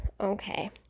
Okay